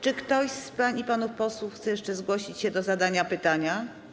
Czy ktoś z pań i panów posłów chce jeszcze zgłosić się do zadania pytania?